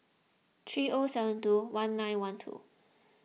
three O seven two one nine one two